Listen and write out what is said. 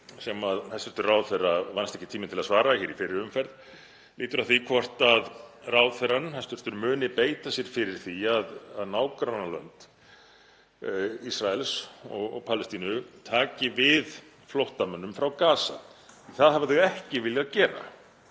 sem hæstv. ráðherra vannst ekki tími til að svara í fyrri umferð, lýtur að því hvort hæstv. ráðherra muni beita sér fyrir því að nágrannalönd Ísraels og Palestínu taki við flóttamönnum frá Gaza, því það hafa þau ekki viljað gera.